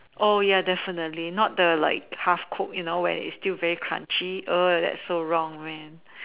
oh ya definitely not the like half cooked you know when it's still very crunchy err that's so wrong man